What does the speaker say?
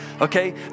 Okay